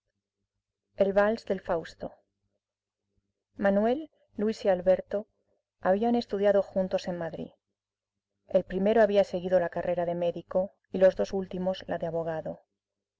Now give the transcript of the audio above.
cervantes manuel luis y alberto habían estudiado juntos en madrid el primero había seguido la carrera de médico y los dos últimos la de abogado